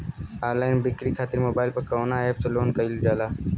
Online बिक्री खातिर mobile पर कवना एप्स लोन कईल जाला?